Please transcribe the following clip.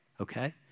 okay